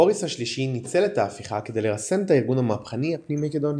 בוריס השלישי ניצל את ההפיכה כדי לרסן את הארגון המהפכני הפנים-מקדוני.